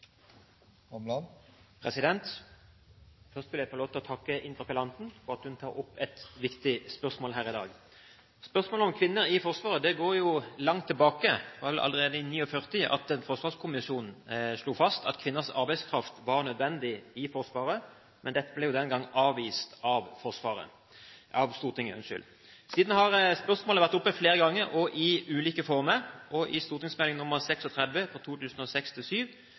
begge kjønn. Først vil jeg få lov å takke interpellanten for at hun tar opp et viktig spørsmål her i dag. Spørsmålet om kvinner i Forsvaret går langt tilbake – det var vel allerede i 1949 at en forsvarskommisjon slo fast at kvinners arbeidskraft var nødvendig i Forsvaret, men dette ble den gang avvist av Stortinget. Siden har spørsmålet vært oppe flere ganger og i ulike former, og i